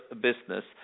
business